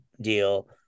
deal